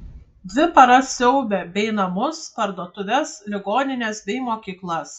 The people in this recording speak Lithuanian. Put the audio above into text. dvi paras siaubė bei namus parduotuves ligonines bei mokyklas